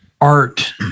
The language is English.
art